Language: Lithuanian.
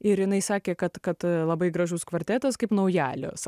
ir jinai sakė kad kad labai gražus kvartetas kaip naujalio sa